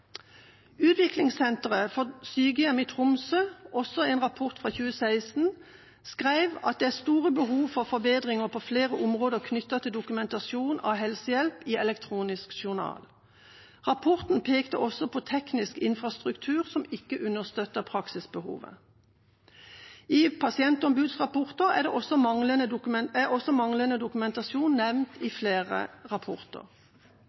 for sykehjem, i Troms, skrev i en rapport fra 2016 at det er «store behov for forbedringer på flere områder knyttet til dokumentasjon av helsehjelp i elektronisk pasientjournal». Rapporten pekte også på at teknisk infrastruktur ikke understøttet praksisbehovet. I flere pasientombudsrapporter er også manglende dokumentasjon nevnt. Så god arkivpraksis og dokumentasjon